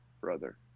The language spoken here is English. brother